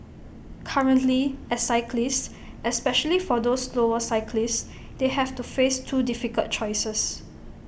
currently as cyclists especially for those slower cyclists they have to face two difficult choices